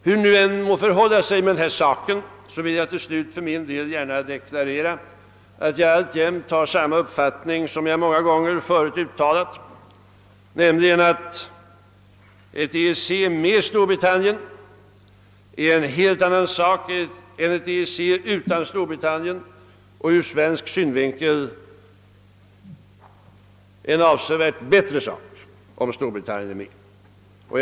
Hur det än må förhålla sig med den saken vill jag till slut för min del gärna deklarera, att jag alltjämt har den uppfattningen som jag många gånger förut uttalat, nämligen att ett EEC med Storbritannien som medlem är ett helt annat än ett EEC utan Storbritannien, och från svensk synpunkt är det avsevärt bättre om Storbritannien är med i organisationen.